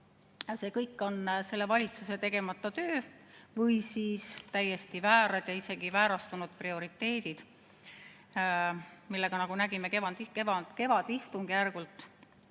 see kõik on selle valitsuse tegemata töö või siis täiesti väärad ja isegi väärastunud prioriteedid. Neid me nägime kevadistungjärgul,